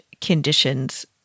conditions